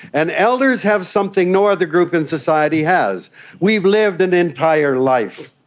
and elders have something no other group in society has we've lived an entire life.